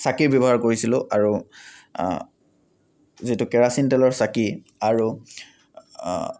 চাকিৰ ব্যৱহাৰ কৰিছিলোঁ আৰু যিহেতু কেৰাচিন তেলৰ চাকি আৰু